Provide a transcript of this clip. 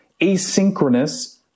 asynchronous